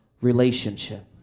relationship